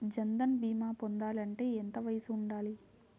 జన్ధన్ భీమా పొందాలి అంటే ఎంత వయసు ఉండాలి?